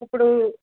ఇప్పుడు